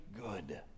good